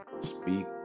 speak